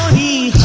e